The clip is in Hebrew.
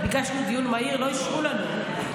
ביקשנו דיון מהיר ולא אישרו לנו,